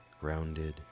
grounded